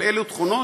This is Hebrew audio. אבל אלה תכונות